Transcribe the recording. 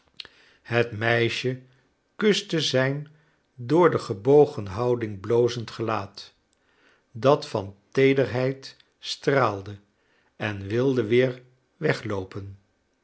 het meisje kuste zijn door de gebogen houding blozend gelaat dat van teederheid straalde en wilde weer wegloopen